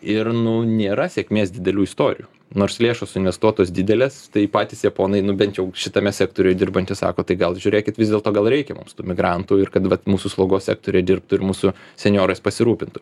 ir nu nėra sėkmės didelių istorijų nors lėšos investuotos didelės tai patys japonai nu bent jau šitame sektoriuj dirbantys sako tai gal žiūrėkit vis dėlto gal reikia mums tų migrantų ir kad vat mūsų slaugos sektoriuj dirbtų ir mūsų senjorais pasirūpintų